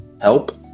help